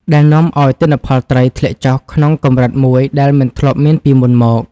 ដែលនាំឱ្យទិន្នផលត្រីធ្លាក់ចុះក្នុងកម្រិតមួយដែលមិនធ្លាប់មានពីមុនមក។